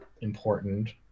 important